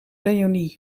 reünie